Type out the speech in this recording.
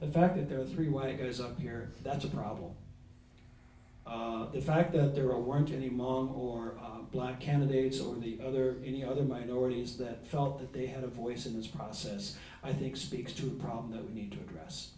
the fact that there are three why goes up here that's a problem the fact that there weren't any monk or black candidates or the other any other minorities that felt that they had a voice in this process i think speaks to a problem that we need to address